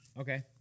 okay